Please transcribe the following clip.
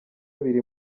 biri